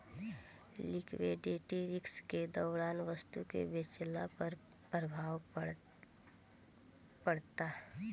liquidity risk के दौरान वस्तु के बेचला पर प्रभाव पड़ेता